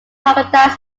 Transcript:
pagodas